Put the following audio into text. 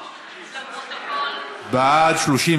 זכויות, שירותים